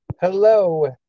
hello